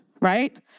right